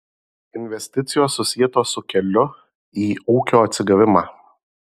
investicijos susietos su keliu į ūkio atsigavimą